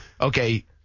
okay